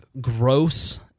gross